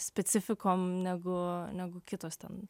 specifikom negu negu kitos ten